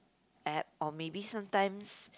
app or maybe sometimes